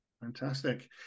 Fantastic